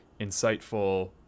insightful